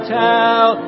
tell